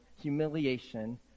humiliation